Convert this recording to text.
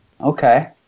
okay